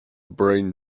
brain